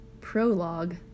prologue